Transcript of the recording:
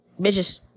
Bitches